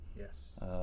Yes